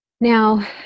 Now